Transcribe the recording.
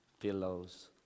pillows